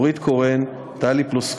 וחברי הכנסת נורית קורן, טלי פלוסקוב,